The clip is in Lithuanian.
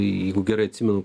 jeigu gerai atsimenu